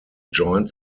joins